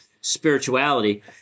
spirituality